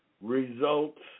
results